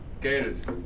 Gators